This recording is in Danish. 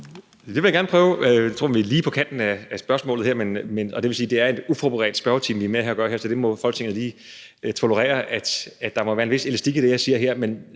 Det vil jeg gerne prøve. Jeg tror, vi er lige på kanten af spørgsmålet her, og det vil sige, at det er en uforberedt spørgetime, vi har med at gøre her, så Folketinget må lige tolerere, at der må være en vis elastik i det, jeg siger her.